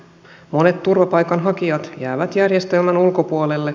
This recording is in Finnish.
monet turvapaikanhakijat jäävät järjestelmän ulkopuolelle